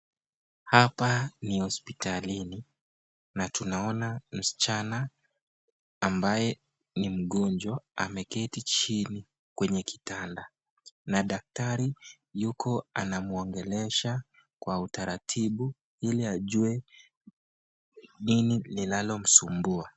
Hapa ni hosiptalini na tunaona msichana ambaye ni mgonjwa ameketi chini kwenye kitanda, na daktari yuko anamwongelesha kwa utaratibu ili ajue nini linalo msumbua.